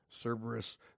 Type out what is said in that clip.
Cerberus